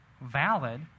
valid